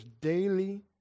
daily